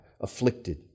afflicted